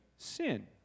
sin